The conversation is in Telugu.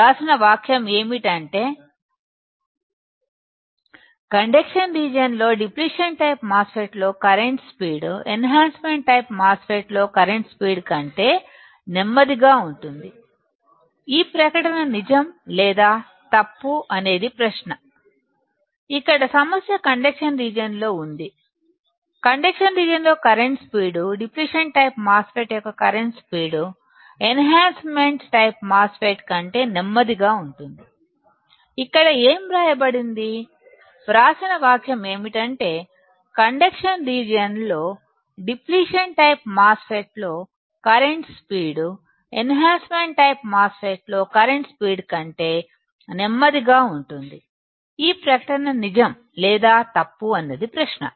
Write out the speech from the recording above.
వ్రాసిన వాక్యం ఏమిటంటే కండక్షన్ రీజియన్ లో డిప్లిషన్ టైపు మాస్ ఫెట్ లో current speed enhancement type MOSFET లో కరెంటు స్పీడ్ కంటే నెమ్మదిగా ఉంటుంది ఈ ప్రకటన నిజం లేదా తప్పు అనేది ప్రశ్న